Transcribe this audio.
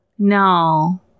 No